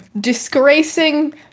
disgracing